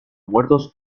muertos